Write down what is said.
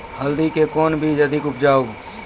हल्दी के कौन बीज अधिक उपजाऊ?